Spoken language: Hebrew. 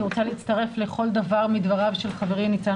אני רוצה להצטרף לכל דבר מדבריו של חברי ניצן